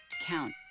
count